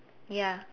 ya